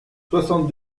soixante